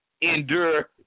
endure